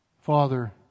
Father